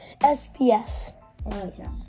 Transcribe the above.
SPS